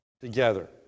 together